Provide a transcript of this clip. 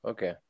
Okay